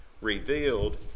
revealed